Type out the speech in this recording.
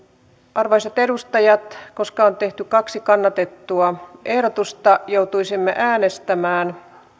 arvoisat edustajat koska on tehty kaksi kannatettua ehdotusta joutuisimme äänestämään